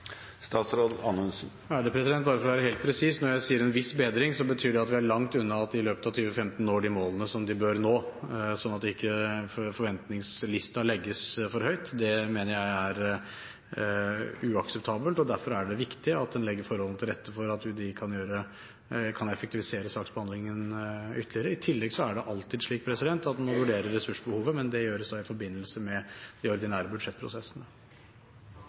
Bare for å være helt presis: Når jeg sier en viss bedring, betyr det at vi er langt unna at de i løpet av 2015 når de målene som de bør nå – slik at forventningslisten ikke legges for høyt. Det mener jeg er uakseptabelt. Derfor er det viktig at en legger forholdene til rette for at UDI kan effektivisere saksbehandlingen ytterligere. I tillegg er det alltid slik at en må vurdere ressursbehovet, men det gjøres i forbindelse med de ordinære budsjettprosessene.